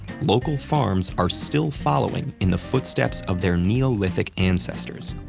local farms are still following in the footsteps of their neolithic ancestors,